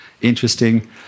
interesting